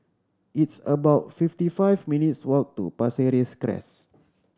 it's about fifty five minutes' walk to Pasir Ris Crest